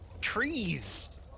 trees